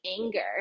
anger